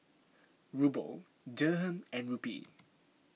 Ruble Dirham and Rupee